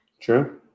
True